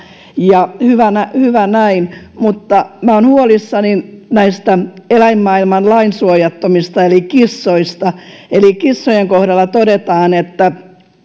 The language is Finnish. ja hyvä näin mutta minä olen huolissani näistä eläinmaailman lainsuojattomista eli kissoista kissojen kohdalla todetaan että